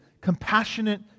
compassionate